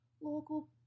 local